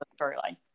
storyline